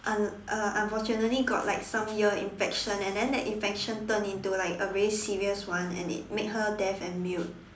un~ uh unfortunately got like some ear infection and then that infection turned into like a really serious one and then it made her deaf and mute